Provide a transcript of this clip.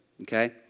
okay